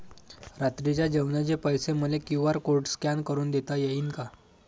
रात्रीच्या जेवणाचे पैसे मले क्यू.आर कोड स्कॅन करून देता येईन का?